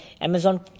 Amazon